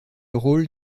rôle